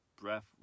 breath